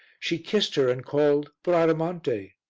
she kissed her and called bradamante,